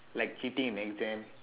like cheating in exams